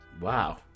Wow